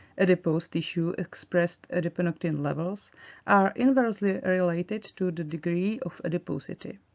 adipose tissue-expressed adiponectin levels are inversely related to the degree of adiposity.